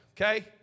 Okay